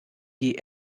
die